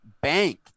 bank